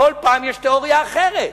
כל פעם יש תיאוריה אחרת.